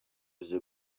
the